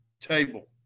table